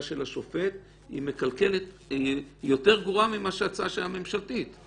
של השופט יותר גרועה מההצעה הממשלתית.